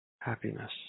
happiness